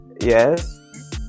Yes